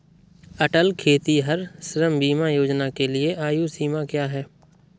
अटल खेतिहर श्रम बीमा योजना के लिए आयु सीमा क्या है?